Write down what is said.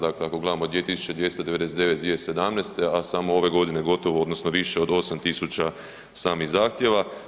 Dakle, ako gledamo 2.299 2017., a samo ove godine gotovo odnosno više od 8.000 samih zahtjeva.